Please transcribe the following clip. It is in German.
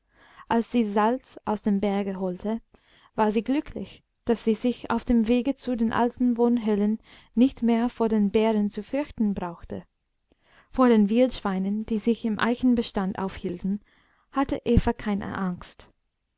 als sie salz aus dem berge holte war sie glücklich daß sie sich auf dem wege zu den alten wohnhöhlen nicht mehr vor den bären zu fürchten brauchte vor den wildschweinen die sich im eichenbestand aufhielten hatte eva keine angst